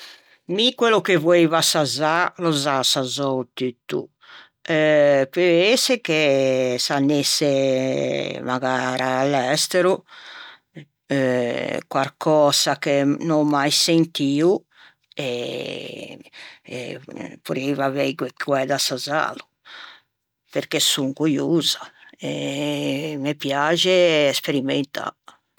Mi quello che voeiva assazzâ l'ò za assazzou tutto eh peu ëse che s'anesse magara à l'estero eh quarcösa che n'ò mai sentio eh eh porrieiva aveighe coæ de assazzâlo perché son coiosa e me piaxe sperimentâ.